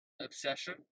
obsession